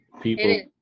people